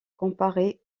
comparer